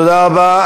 תודה רבה.